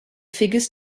figures